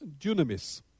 Dunamis